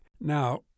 Now